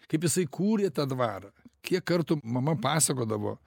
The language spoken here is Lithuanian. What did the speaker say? kaip jisai kūrė tą dvarą kiek kartų mama pasakodavo